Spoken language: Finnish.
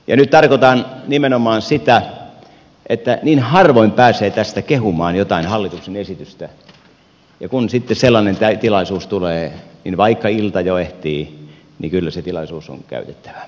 nyt tarkoitan nimenomaan sitä että niin harvoin pääsee tästä kehumaan jotain hallituksen esitystä ja kun sitten sellainen tilaisuus tulee niin vaikka ilta jo ehtii niin kyllä se tilaisuus on käytettävä